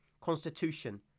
constitution